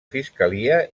fiscalia